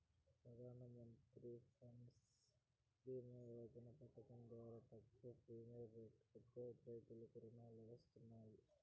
ప్రధానమంత్రి ఫసల్ భీమ యోజన పథకం ద్వారా తక్కువ ప్రీమియం రెట్లతో రైతులకు రుణాలు వస్తాయి